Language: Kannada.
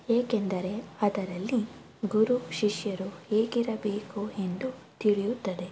ಏಕೆಂದರೆ ಅದರಲ್ಲಿ ಗುರು ಶಿಷ್ಯರು ಹೇಗಿರಬೇಕು ಎಂದು ತಿಳಿಯುತ್ತದೆ